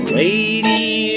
lady